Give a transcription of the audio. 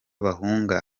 bahunga